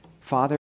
Father